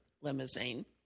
limousine